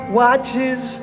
watches